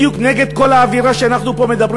אני חושב שזה בדיוק נגד כל האווירה שבה אנחנו פה מדברים,